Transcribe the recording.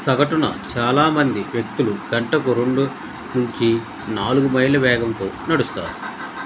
సగటున చాలా మంది వ్యక్తులు గంటకు రెండు నుంచి నాలుగు మైళ్ళ వేగంతో నడుస్తారు